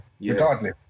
regardless